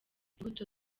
imbuto